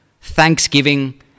thanksgiving